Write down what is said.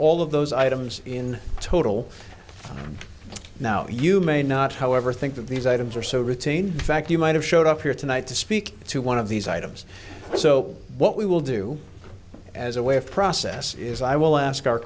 all of those items in total now you may not however think that these items are so routine fact you might have showed up here tonight to speak to one of these items so what we will do as a way of process is i will ask